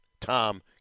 Tom